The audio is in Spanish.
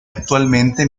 actualmente